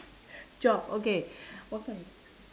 job okay what kind